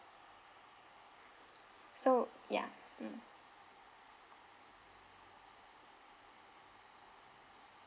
so ya mm